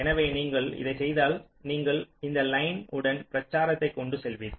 எனவே நீங்கள் இதை செய்தால் நீங்கள் இந்த லயன் உடன் பிரச்சாரத்தை கொண்டு செல்வீர்கள்